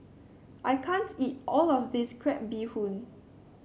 I can't eat all of this Crab Bee Hoon